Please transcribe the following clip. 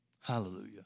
Hallelujah